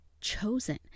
chosen